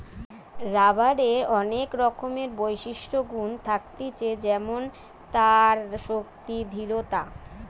রাবারের অনেক রকমের বিশিষ্ট গুন থাকতিছে যেমন তার শক্তি, দৃঢ়তা